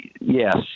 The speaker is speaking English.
yes